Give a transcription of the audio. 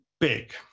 big